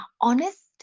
honest